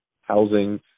housing